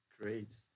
great